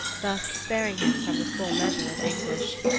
thus sparing him from the full measure of anguish.